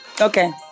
okay